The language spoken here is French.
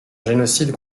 génocide